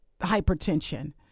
hypertension